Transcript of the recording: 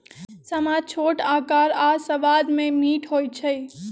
समा छोट अकार आऽ सबाद में मीठ होइ छइ